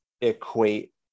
equate